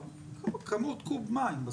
כמות, קוב מים.